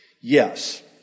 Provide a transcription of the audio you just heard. Yes